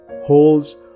holds